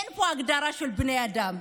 אין פה הגדרה של בני אדם.